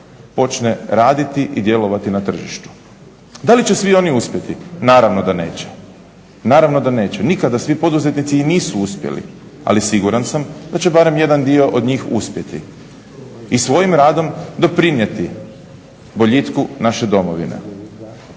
počne raditi i djelovati na tržištu. Da li će svi oni uspjeti? Naravno da neće. Nikada svi poduzetnici i nisu uspjeli, ali siguran sam da će barem jedan dio od njih uspjeti i svojim radom doprinijeti boljitku naše domovine.